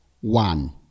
one